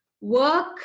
work